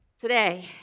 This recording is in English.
today